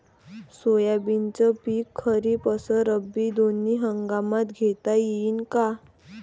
सोयाबीनचं पिक खरीप अस रब्बी दोनी हंगामात घेता येईन का?